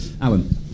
Alan